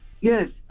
Yes